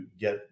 get